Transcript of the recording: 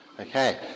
Okay